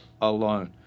alone